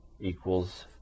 equals